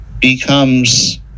becomes